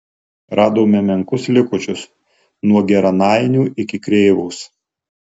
radome menkus likučius nuo geranainių iki krėvos